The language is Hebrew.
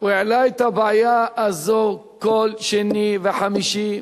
הוא העלה את הבעיה הזאת כל שני וחמישי,